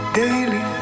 daily